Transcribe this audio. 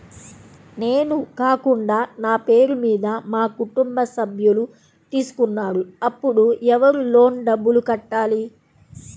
నేను కాకుండా నా పేరు మీద మా కుటుంబ సభ్యులు తీసుకున్నారు అప్పుడు ఎవరు లోన్ డబ్బులు కట్టాలి?